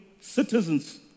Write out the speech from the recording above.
citizens